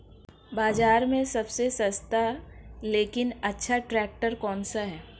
बाज़ार में सबसे सस्ता लेकिन अच्छा ट्रैक्टर कौनसा है?